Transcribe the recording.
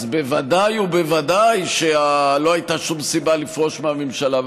אז ודאי וודאי שלא הייתה שום סיבה לפרוש מהממשלה,